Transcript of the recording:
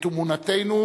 את אמונתנו